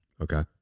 Okay